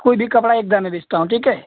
कोई भी कपड़ा एक बार में बेचता हूँ ठीक है